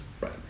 Right